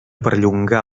perllongar